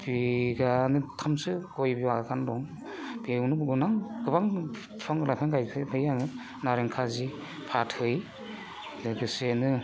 बिगा थामसो गय बागान दं बेयावनो गोबां बिफां लाइफां गायफेरबाय आङो नारें खाजि फाथै लोगोसेनो